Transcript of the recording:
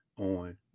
on